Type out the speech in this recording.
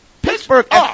Pittsburgh